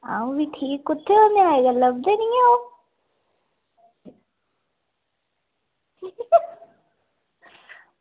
अंऊ बी ठीक कुत्थें अज्जकल लभदे निं ओ